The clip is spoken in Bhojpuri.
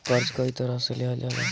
कर्जा कई तरह से लेहल जाला